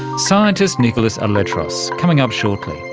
scientist nikolaos aletras, coming up shortly.